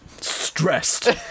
stressed